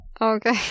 Okay